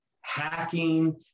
hacking